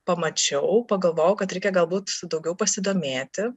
pamačiau pagalvojau kad reikia galbūt daugiau pasidomėti